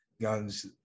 guns